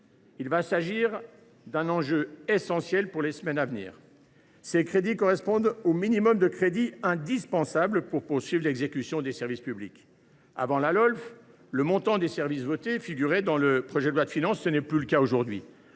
Il s’agira d’un enjeu essentiel durant les semaines à venir. Ces crédits correspondent au minimum indispensable pour poursuivre l’exécution des services publics. Avant la Lolf, le montant des services votés figurait dans le projet de loi de finances ; ce n’est plus le cas aujourd’hui.